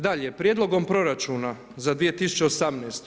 Dalje, Prijedlogom proračuna za 2018.